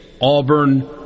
Auburn